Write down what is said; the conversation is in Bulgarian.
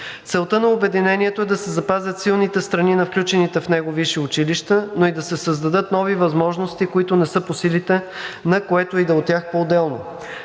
Целта на обединението е да се запазят силните страни на включените в него висши училища, но и да се създадат нови възможности, които не са по силите на което ѝ да е от тях поотделно.